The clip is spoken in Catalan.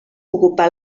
ocupà